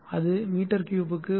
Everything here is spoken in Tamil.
அது மீ 3 க்கு ரூ